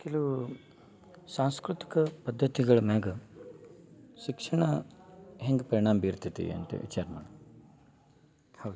ಕೆಲವು ಸಾಂಸ್ಕೃತಿಕ ಪದ್ಧತಿಗಳ ಮ್ಯಾಗ ಶಿಕ್ಷಣ ಹೆಂಗೆ ಪರಿಣಾಮ ಬಿರ್ತೈತಿ ಅಂತೇಳಿ ವಿಚಾರ ಮಾಡಮ ಹೌದು